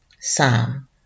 psalm